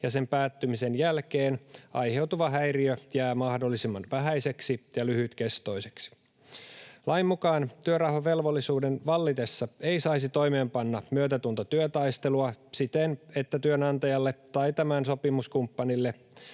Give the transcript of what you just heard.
ja sen päättymisen jälkeen aiheutuva häiriö jää mahdollisimman vähäiseksi ja lyhytkestoiseksi. Lain mukaan työrauhavelvollisuuden vallitessa ei saisi toimeenpanna myötätuntotyötaistelua siten, että työnantajalle tai tämän sopimuskumppanille